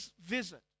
visit